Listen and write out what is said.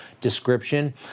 description